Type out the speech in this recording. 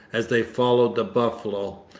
as they followed the buffalo,